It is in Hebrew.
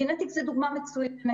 לשעבר, "קינטיקס" זו דוגמה מצוינת.